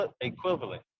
equivalent